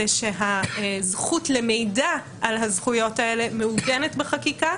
שהזכות למידע על הזכויות האלה מעוגנת בחקיקה.